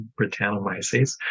Britannomyces